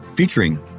Featuring